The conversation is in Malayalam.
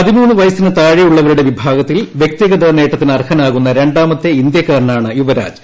പതിമൂന്ന് വയസ്സിന് താഴെയുള്ളവരുടെ വിഭാഗത്തിൽ വൃക്തിഗത നേട്ടത്തിന് അർഹനാകുന്ന രണ്ടാമത്തെ ഇന്ത്യാക്കാരനാണ് യുവ്രാജ്